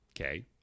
Okay